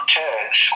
Church